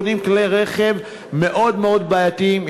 קונים כלי רכב מאוד מאוד בעייתיים.